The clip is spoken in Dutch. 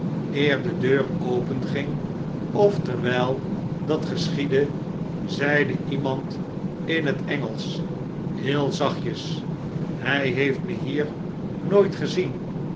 de deuropenging of terwyi dat geschiedde zeide iemand in het engelsch heel zachtjes hy heeft me hier nooit gezien